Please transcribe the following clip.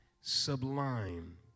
sublime